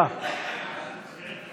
יואב קיש ודוד אמסלם לפני סעיף 1 לא נתקבלה.